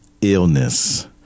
illness